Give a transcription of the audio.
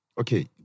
Okay